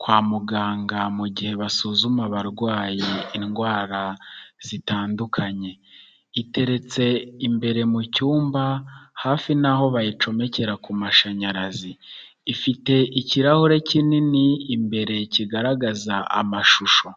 kwa muganga mu gihe basuzuma abarwayi indwara zitandukanye, iteretse imbere mu cyumba hafi n'aho bayicomekera ku mashanyarazi, ifite ikirahure kinini imbere kigaragaza amashusho.